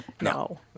No